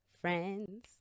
Friends